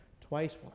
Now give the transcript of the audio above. twice